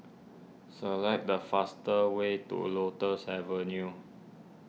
select the faster way to Lotus Avenue